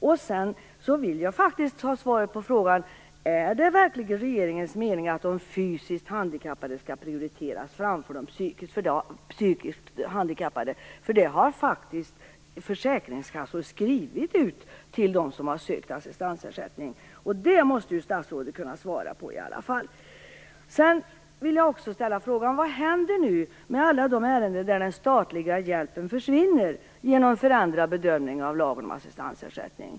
Vidare vill jag ha svar på frågan: Är det verkligen regeringens mening att de fysiskt handikappade skall prioriteras framför de psykiskt handikappade? Det har faktiskt försäkringskassor skrivit till dem som har sökt assistansersättning. Det måste statsrådet kunna svara på i alla fall. Vad händer nu med alla de fall där den statliga hjälpen försvinner genom förändrad bedömning av lagen om assistansersättning?